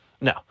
No